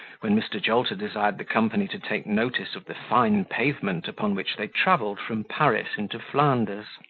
when mr. jolter desired the company to take notice of the fine pavement upon which they travelled from paris into flanders